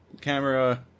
camera